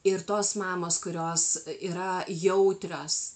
ir tos mamos kurios yra jautrios